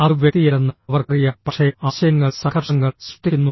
അത് വ്യക്തിയല്ലെന്ന് അവർക്കറിയാം പക്ഷേ ആശയങ്ങൾ സംഘർഷങ്ങൾ സൃഷ്ടിക്കുന്നു